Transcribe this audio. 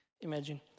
imagine